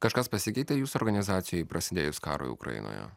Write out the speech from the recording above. kažkas pasikeitė jūsų organizacijoj prasidėjus karui ukrainoje